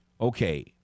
okay